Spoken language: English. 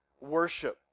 worship